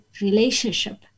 relationship